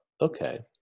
okay